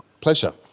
pleasure.